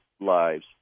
lives